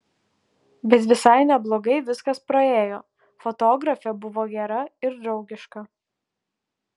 bet visai neblogai viskas praėjo fotografė buvo gera ir draugiška